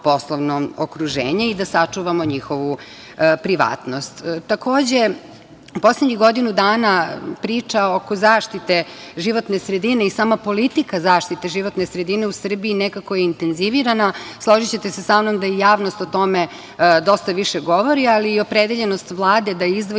poslovno okruženje i da sačuvamo njihovu privatnost. Takođe, u poslednjih godinu dana priča oko zaštite životne sredine i sama politika zaštite životne sredine u Srbiji nekako je intenzivirana. Složićete se sa mnom da i javnost o tome dosta više govori, ali i opredeljenost Vlade da izdvoji